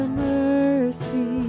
mercy